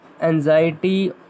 anxiety